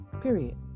period